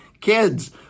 kids